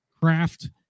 craft